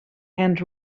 and